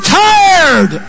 tired